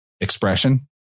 expression